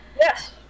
Yes